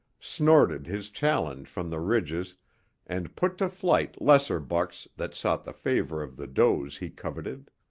snorted his challenge from the ridges and put to flight lesser bucks that sought the favor of the does he coveted.